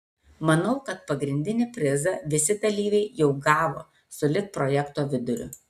manau kad pagrindinį prizą visi dalyviai jau gavo sulig projekto viduriu